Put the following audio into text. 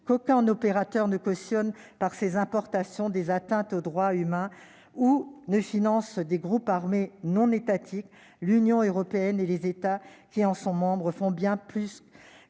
qu'aucun opérateur ne cautionne par ses importations des atteintes aux droits humains ou ne finance des groupes armés non étatiques, l'Union européenne et les États qui en sont membres font bien plus